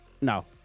no